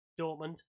Dortmund